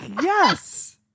Yes